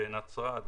בנצרת,